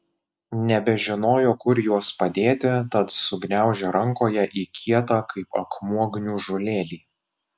nebežinojo kur juos padėti tad sugniaužė rankoje į kietą kaip akmuo gniužulėlį